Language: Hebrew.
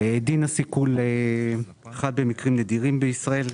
כשדין הסיכול חל במקרים נדירים בישראל,